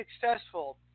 successful